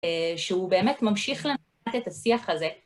שהוא באמת ממשיך לנתת את השיח הזה.